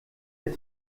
der